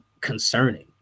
concerning